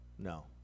No